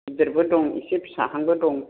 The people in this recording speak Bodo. गिदिरबो दं एसे फिसाहांबो दं